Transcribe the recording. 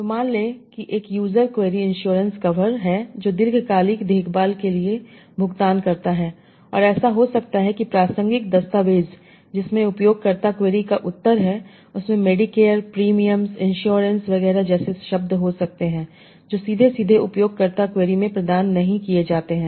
तो मान लें कि एक यूजर क्वेरी इंस्युरेन्स कवर है जो दीर्घकालिक देखभाल के लिए भुगतान करता है और ऐसा हो सकता है कि प्रासंगिक दस्तावेज़ जिसमें उपयोगकर्ता क्वेरी का उत्तर है इसमें मेडिकेयर प्रीमियम्स इंस्युरेन्स वगैरह जैसे शब्द हो सकते हैं जो सीधे सीधे उपयोगकर्ता क्वेरी में प्रदान नहीं किए जाते हैं